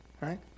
Right